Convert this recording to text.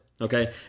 Okay